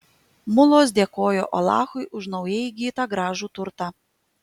mulos dėkojo alachui už naujai įgytą gražų turtą